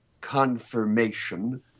confirmation